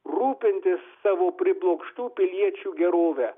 rūpintis savo priblokštų piliečių gerove